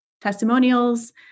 testimonials